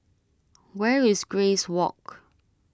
where is Grace Walk